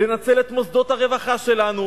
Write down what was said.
לנצל את מוסדות הרווחה שלנו,